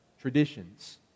traditions